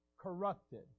corrupted